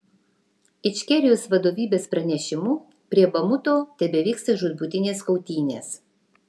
ičkerijos vadovybės pranešimu prie bamuto tebevyksta žūtbūtinės kautynės